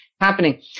happening